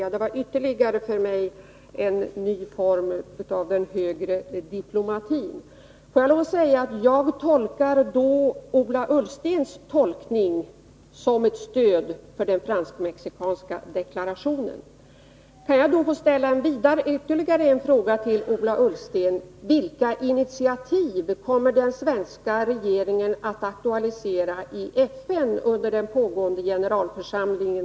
Det var för mig ytterligare en ny form av den högre diplomatin. Men låt mig då säga att jag tolkar Ola Ullstens tolkning som ett stöd för den fransk-mexikanska deklarationen. Jag vill ställa ytterligare en fråga till Ola Ullsten: Vilka initiativ när det gäller El Salvador kommer den svenska regeringen att aktualisera i FN under den pågående generalförsamlingen?